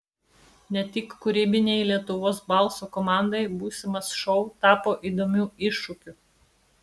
ne tik kūrybinei lietuvos balso komandai būsimas šou tapo įdomiu iššūkiu